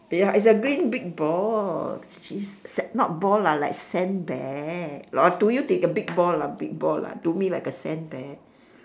ya it's a green big ball she's not ball lah like sandbag lor to you think a big ball lah big ball lah to me like a sandbag